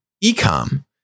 e-com